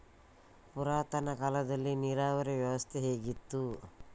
ಪುರಾತನ ಕಾಲದಲ್ಲಿ ನೀರಾವರಿ ವ್ಯವಸ್ಥೆ ಹೇಗಿತ್ತು?